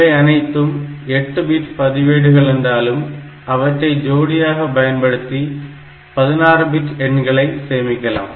இவை அனைத்தும் 8 பிட் பதிவேடுகள் என்றாலும் அவற்றை ஜோடியாக பயன்படுத்தி 16 பிட் எண்களை சேமிக்கலாம்